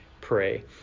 pray